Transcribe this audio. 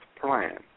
plan